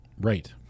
right